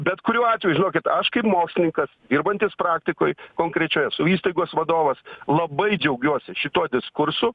bet kuriuo atveju žinokit aš kaip mokslininkas dirbantis praktikoj konkrečiai esu įstaigos vadovas labai džiaugiuosi šituo diskursu